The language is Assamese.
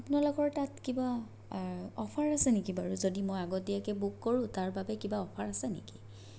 আপোনালোকৰ তাত কিবা অফাৰ আছে নেকি বাৰু যদি মই আগতীয়াকৈ বুক কৰো তাৰ বাবে কিবা অফাৰ আছে নেকি